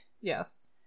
yes